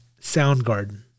Soundgarden